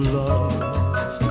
love